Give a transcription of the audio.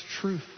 truth